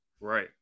Right